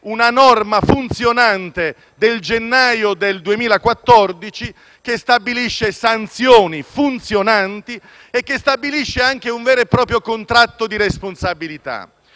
una norma funzionante del gennaio del 2014, che stabilisce sanzioni efficaci e che impone un vero e proprio contratto di responsabilità.